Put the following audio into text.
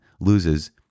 loses